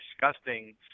disgusting